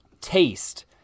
taste